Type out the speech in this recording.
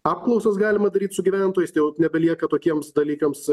apklausas galima daryt su gyventojaistai va jau nebelieka tokiems dalykams